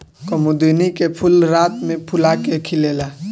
कुमुदिनी के फूल रात में फूला के खिलेला